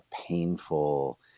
painful